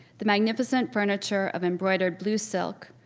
the magnificent furniture of embroidered blue silk,